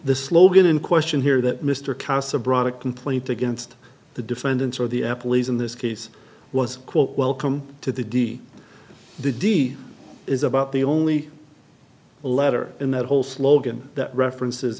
the slogan in question here that mr castro brought a complaint against the defendants or the apple is in this case was quote welcome to the d d is about the only letter in that whole slogan that references